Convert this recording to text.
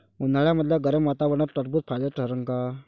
उन्हाळ्यामदल्या गरम वातावरनात टरबुज फायद्याचं ठरन का?